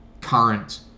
current